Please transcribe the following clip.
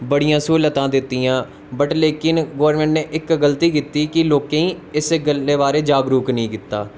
बड़ियां स्हूलतां दित्तियां बट लेकिन गोर्मेंट ने इक गल्ती कित्ती कि लोकें गी इस गल्ले बारै जागरूक नीं कित्ता